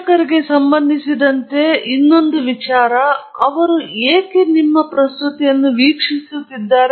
ಪ್ರೇಕ್ಷಕರಿಗೆ ಸಂಬಂಧಿಸಿದಂತೆ ನೀವು ಅರ್ಥಮಾಡಿಕೊಳ್ಳಬೇಕಾದ ಇನ್ನೊಂದು ವಿಷಯವೆಂದರೆ ಅವರು ಏಕೆ ವೀಕ್ಷಿಸುತ್ತಿದ್ದಾರೆ